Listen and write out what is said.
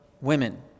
women